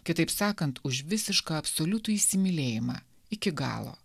kitaip sakant už visišką absoliutų įsimylėjimą iki galo